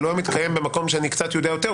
אבל לא היה מתקיים במקום שאני קצת יודע יותר.